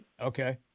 Okay